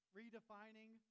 redefining